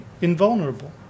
invulnerable